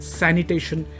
sanitation